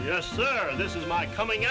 yes this is my coming